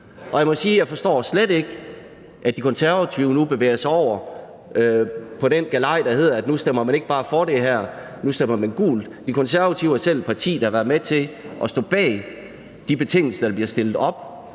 Og jeg må sige, at jeg slet ikke forstår, at De Konservative nu bevæger sig over på den galej, der hedder, at nu stemmer man ikke bare for det her, nu stemmer man gult. De Konservative er selv et parti, der har været med til at stå bag de betingelser, der bliver stillet op.